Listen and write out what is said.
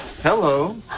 Hello